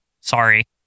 Sorry